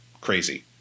crazy